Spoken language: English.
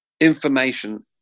information